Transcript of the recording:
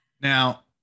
now